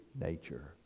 nature